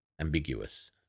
ambiguous